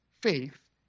faith